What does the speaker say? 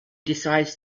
decides